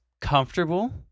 comfortable